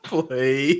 Play